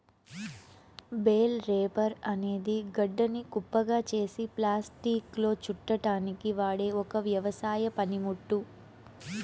bale wrapper అనేది గడ్డిని కుప్పగా చేసి ప్లాస్టిక్లో చుట్టడానికి వాడె ఒక వ్యవసాయ పనిముట్టు